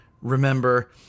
remember